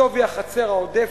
שווי החצר העודפת,